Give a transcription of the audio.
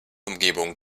umgebung